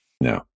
No